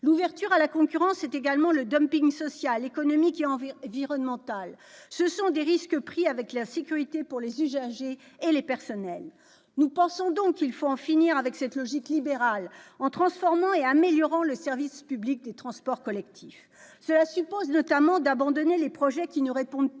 L'ouverture à la concurrence, c'est également le social, économique et environnemental et des prises de risque pour la sécurité des usagers et des personnels. Nous pensons donc qu'il faut en finir avec cette logique libérale en transformant et en améliorant le service public des transports collectifs. Cela suppose notamment d'abandonner les projets qui ne répondent